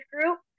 group